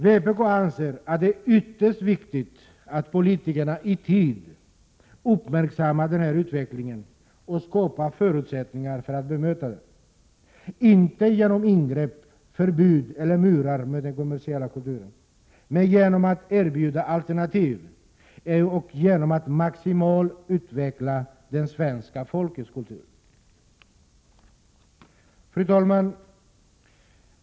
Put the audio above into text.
Vi i vpk anser att det är ytterst viktigt att politikerna i tid uppmärksammar den här utvecklingen och skapar förutsättningar för att bemöta den — inte genom ingrepp, förbud eller murar mot den kommersiella kulturen, utan genom att erbjuda alternativ och genom att maximalt utveckla det svenska folkets kultur. Fru talman!